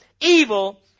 evil